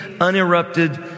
uninterrupted